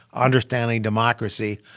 understanding democracy.